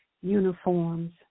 uniforms